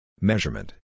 Measurement